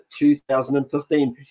2015